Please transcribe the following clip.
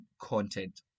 content